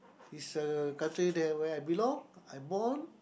is a country there where I belong I born